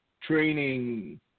training